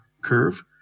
curve